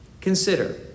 Consider